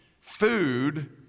food